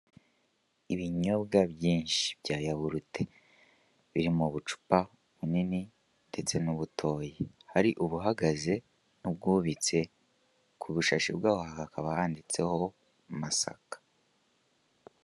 Ibinyobwa byinshi bya yahurute biri m'ubucupa bunini ndetse n'ubutoya hari ubuhagaze n'ubwubitse kubushashi bwaho hakaba handitseho masaka.